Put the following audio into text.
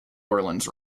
orleans